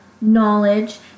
knowledge